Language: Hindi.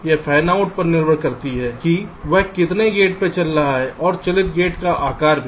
यह फैनआउट पर निर्भर करता है कि वह कितने गेट चला रहा है और चालित गेट का आकार भी